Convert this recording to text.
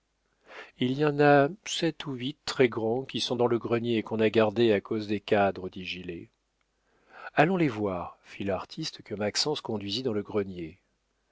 il y en a sept ou huit très grands qui sont dans le grenier et qu'on a gardés à cause des cadres dit gilet allons les voir fit l'artiste que maxence conduisit dans le grenier